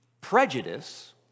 prejudice